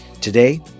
Today